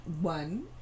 one